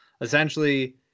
essentially